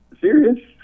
serious